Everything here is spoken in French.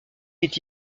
est